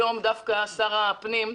היום דווקא שר הפנים,